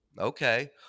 Okay